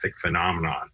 phenomenon